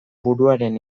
buruaren